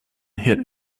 hit